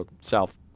South